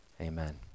Amen